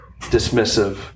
dismissive